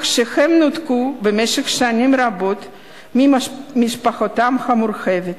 שהם נותקו במשך שנים רבות ממשפחתם המורחבת